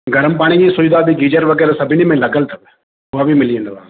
गरम पाणीअ जी सुविधा बि गीजर वग़ैरह सभिनी में लॻियल अथव उहो बि मिली वेंदव